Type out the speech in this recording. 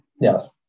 yes